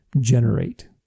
generate